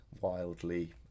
wildly